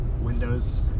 windows